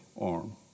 arm